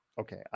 Okay